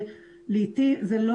ממש לא,